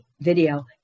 video